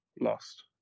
lost